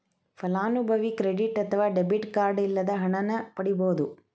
ಫಲಾನುಭವಿ ಕ್ರೆಡಿಟ್ ಅತ್ವ debit card ಇಲ್ಲದ ಹಣನ ಪಡಿಬೋದ್